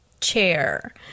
chair